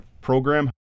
program